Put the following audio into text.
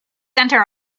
enter